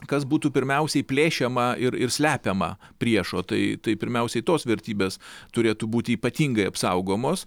kas būtų pirmiausiai plėšiama ir ir slepiama priešo tai tai pirmiausiai tos vertybės turėtų būti ypatingai apsaugomos